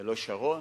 ולא שרון,